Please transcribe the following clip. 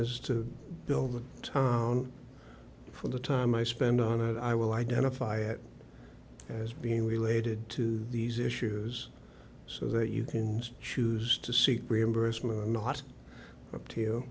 is to build a town from the time i spend on it i will identify it as being related to these issues so that you can choose to seek reimbursement are not up to